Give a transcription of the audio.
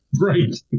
Right